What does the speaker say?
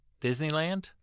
Disneyland